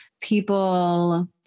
people